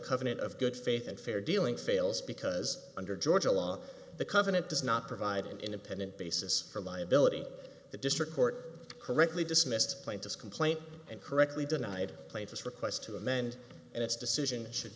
covenant of good faith and fair dealing fails because under georgia law the covenant does not provide an independent basis for liability the district court correctly dismissed plaintiff complaint and correctly denied plaintiff requests to amend and its decision should